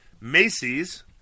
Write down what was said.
Macy's